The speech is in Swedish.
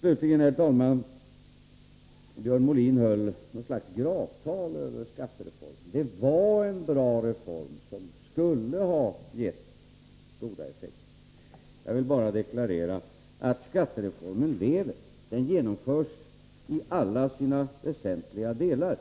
Slutligen, herr talman! Björn Molin höll något slags gravtal över skattereformen: det var en bra reform, som skulle ha gett goda effekter. Jag vill bara deklarera att skattereformen lever. Den genomförs i alla sina väsentliga delar.